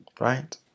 Right